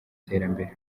iterambere